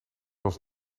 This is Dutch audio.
ons